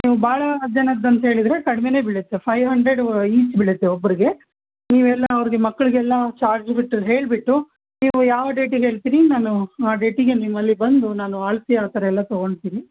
ನೀವು ಭಾಳ ಜನದ್ದು ಅಂತೇಳಿದರೆ ಕಡಿಮೇನೆ ಬೀಳುತ್ತೆ ಫೈ ಹಂಡ್ರಡ್ ಈಚ್ ಬೀಳುತ್ತೆ ಒಬ್ಬರಿಗೆ ನೀವೆಲ್ಲ ಅವರಿಗೆ ಮಕ್ಕಳಿಗೆಲ್ಲ ಚಾರ್ಜ್ ಬಿಟ್ಟು ಹೇಳಿಬಿಟ್ಟು ನೀವು ಯಾವ ಡೇಟಿಗೆ ಹೇಳ್ತೀರಿ ನಾನು ಆ ಡೇಟಿಗೆ ನಿಮ್ಮಲ್ಲಿ ಬಂದು ನಾನು ಅಳ್ತೆ ಆ ಥರ ಎಲ್ಲಾ ತಗೋತಿನಿ